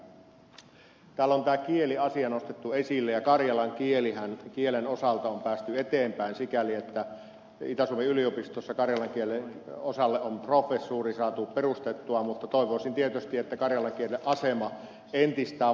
täällä on tämä kieliasia nostettu esille ja karjalan kielen osalta on päästy eteenpäin sikäli että itä suomen yliopistossa karjalan kielen osalle on professuuri saatu perustettua mutta toivoisin tietysti että karjalan kielen asema entisestään vahvistuisi